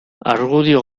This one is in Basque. argudio